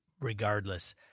regardless